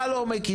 מה לא מכיר?